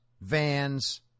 vans